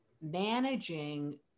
managing